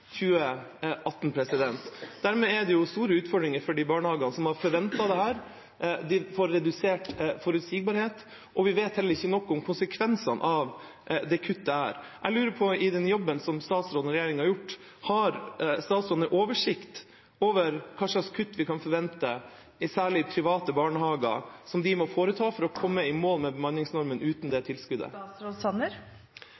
2018. Dermed er det store utfordringer for de barnehagene som har forventet dette. De får redusert forutsigbarhet, og vi vet heller ikke nok om konsekvensene av dette kuttet. Jeg lurer på – i denne jobben som statsråden og regjeringa har gjort – om statsråden har oversikt over hva slags kutt vi kan forvente at særlig private barnehager må foreta for å komme i mål med bemanningsnormen uten det